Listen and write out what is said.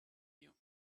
you